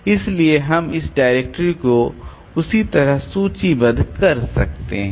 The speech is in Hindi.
इसलिए हम इस डायरेक्टरी को उसी तरह सूचीबद्ध कर सकते हैं